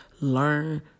Learn